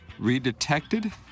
redetected